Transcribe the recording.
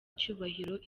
icyubahiro